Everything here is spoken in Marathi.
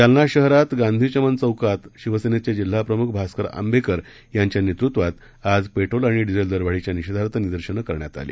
जालना शहरातल्या गांधीचमन चौकात शिवसेनेचे जिल्हाप्रमुख भास्कर अंबेकर यांच्या नेतृत्वात आज पेट्रोल आणि डिझेल दरवाढीच्या निषेधार्थ निदर्शनं करण्यात आली